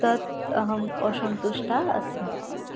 तत् अहम् असन्तुष्टा अस्मि